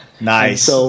Nice